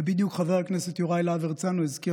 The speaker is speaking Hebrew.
ובדיוק חבר הכנסת יוראי להב הרצנו הזכיר